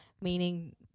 meaning